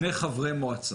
נתחיל מהדבר הקל,